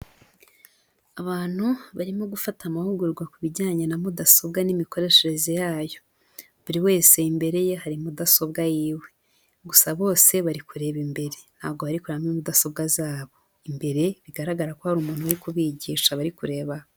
Abantu barimo gufata amahugurwa ku bijyanye na mudasobwa n'imikoreshereze yayo, buri wese mbere ye hari mudasobwa yiwe, gusa bose bari kureba imbere ntabwo bari kureba muri mudasobwa zabo, imbere bigaragara ko hari umuntu uri kubigisha bari kurebaho.